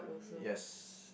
yes